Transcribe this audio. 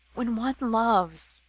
when one loves,